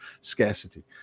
scarcity